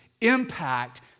impact